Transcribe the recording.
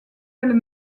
elles